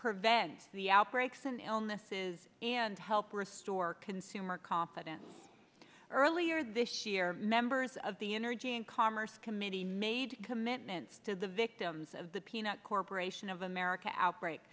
prevent the outbreaks and illnesses and help restore consumer confidence earlier this year members of the energy and commerce committee made commitments to the victims of the peanut corporation of america outbreak